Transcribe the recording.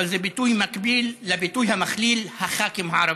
אבל זה ביטוי מקביל לביטוי המכליל "הח"כים הערבים".